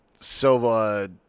Silva